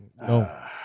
No